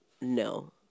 no